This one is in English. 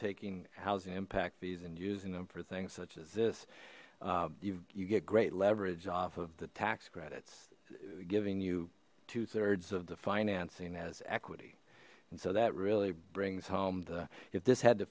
taking housing impact fees and using them for things such as this you get great leverage off of the tax credits giving you two thirds of the financing as equity and so that really brings home the if this had to